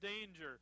danger